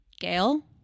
Gail